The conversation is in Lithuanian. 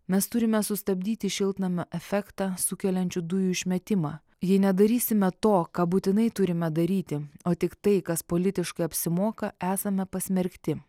mes turime sustabdyti šiltnamio efektą sukeliančių dujų išmetimą jei nedarysime to ką būtinai turime daryti o tik tai kas politiškai apsimoka esame pasmerkti